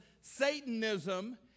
Satanism